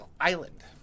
island